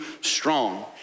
strong